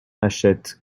achète